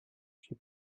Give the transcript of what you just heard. she